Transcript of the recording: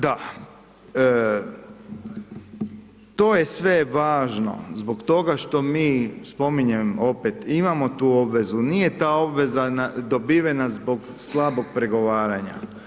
Da, to je sve važno, zbog toga što mi spominjem opet, imamo tu obvezu, nije ta obveza dobivena zbog slabog pregovaranja.